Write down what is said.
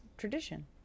Tradition